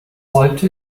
wollte